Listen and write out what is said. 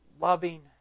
loving